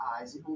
eyes